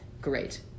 Great